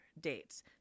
Dates